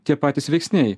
tie patys veiksniai